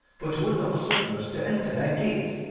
but would not suffer us to enter gates.